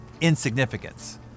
insignificance